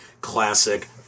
classic